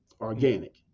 organic